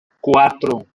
cuatro